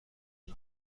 آیا